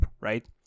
right